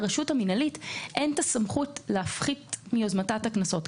לרשות המינהלית אין סמכות להפחית מיוזמתה את הקנסות.